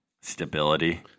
stability